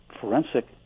forensic